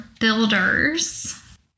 builders